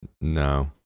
No